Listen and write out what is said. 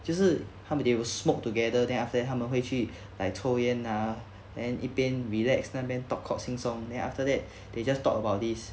就是他们 will smoke together then after that 他们会去 like 抽烟 ah then 一边 relax 那边 talk cock sing song then after that they just talk about this